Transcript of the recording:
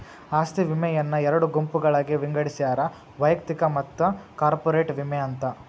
ಆಸ್ತಿ ವಿಮೆಯನ್ನ ಎರಡು ಗುಂಪುಗಳಾಗಿ ವಿಂಗಡಿಸ್ಯಾರ ವೈಯಕ್ತಿಕ ಮತ್ತ ಕಾರ್ಪೊರೇಟ್ ವಿಮೆ ಅಂತ